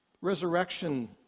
Resurrection